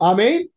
Amen